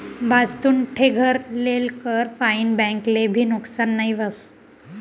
भाजतुन ठे घर लेल कर फाईन बैंक ले भी नुकसान नई व्हस